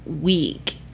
week